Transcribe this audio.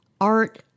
art